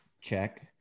check